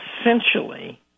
essentially